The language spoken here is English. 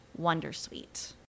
wondersuite